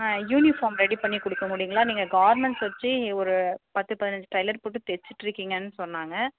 ஆ uniform ready பண்ணி கொடுக்க முடியுங்களா நீங்கள் கார்மெண்ட்ஸ் வச்சு ஒரு பத்து பதினைஞ்சு டைலர் போட்டு தைச்சிட்டுருக்கிங்கன்னு சொன்னாங்க